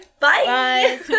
bye